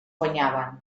guanyaven